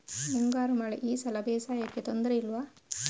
ಮುಂಗಾರು ಮಳೆ ಈ ಸಲ ಬೇಸಾಯಕ್ಕೆ ತೊಂದರೆ ಇಲ್ವ?